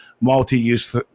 multi-use